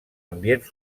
ambients